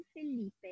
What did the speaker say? Felipe